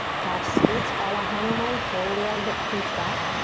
half splits, ardha hanuman, pull the right hip crease back.